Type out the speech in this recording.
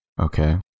Okay